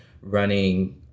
running